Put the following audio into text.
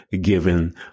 given